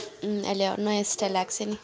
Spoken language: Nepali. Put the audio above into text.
आहिले अब नयाँ स्टाइल आएको छ नि